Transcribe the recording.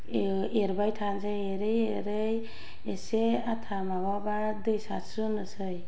एरबाय थानोसै एरै एरै एसे आथा माबाबा दै सारस्रोमनोसै